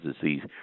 disease